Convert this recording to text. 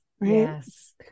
Yes